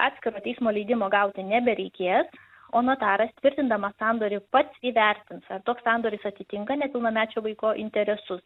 atskiro teismo leidimo gauti nebereikės o notaras tvirtindamas sandorį pats įvertins ar toks sandoris atitinka nepilnamečio vaiko interesus